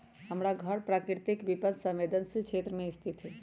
हमर घर प्राकृतिक विपत संवेदनशील क्षेत्र में स्थित हइ